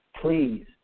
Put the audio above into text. Please